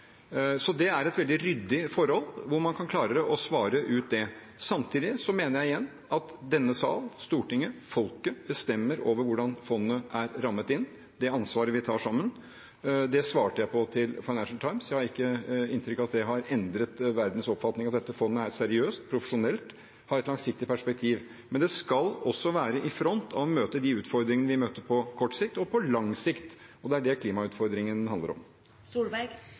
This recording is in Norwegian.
Så det er et veldig ryddig forhold som man kan klare å svare ut. Samtidig mener jeg – igjen – at denne sal, Stortinget, folket, bestemmer over hvordan fondet er rammet inn. Det ansvaret tar vi sammen. Det svarte jeg på til Financial Times. Jeg har ikke inntrykk av at det har endret verdens oppfatning av at dette fondet er seriøst, profesjonelt og har et langsiktig perspektiv. Men det skal også være i front og møte de utfordringene vi møter på kort sikt og på lang sikt, og det er det klimautfordringen handler